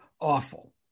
awful